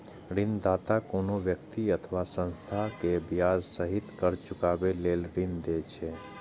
ऋणदाता कोनो व्यक्ति अथवा संस्था कें ब्याज सहित कर्ज चुकाबै लेल ऋण दै छै